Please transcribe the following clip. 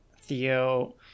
Theo